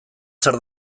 zer